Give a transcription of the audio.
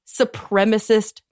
supremacist